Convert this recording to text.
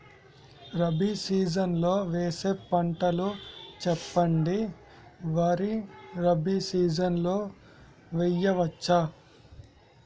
Rabi season లో వేసే పంటలు చెప్పండి? వరి రబీ సీజన్ లో వేయ వచ్చా?